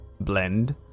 blend